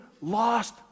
lost